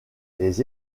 les